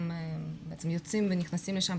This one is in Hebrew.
יוצאים ונכנסים שם,